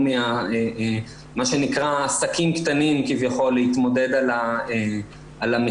או ממה שנקרא עסקים קטנים כביכול להתמודד על המכרז,